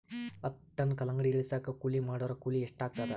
ಹತ್ತ ಟನ್ ಕಲ್ಲಂಗಡಿ ಇಳಿಸಲಾಕ ಕೂಲಿ ಮಾಡೊರ ಕೂಲಿ ಎಷ್ಟಾತಾದ?